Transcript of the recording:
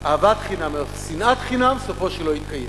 אהבת חינם אלא מתוך שנאת חינם, סופו שלא יתקיים,